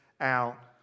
out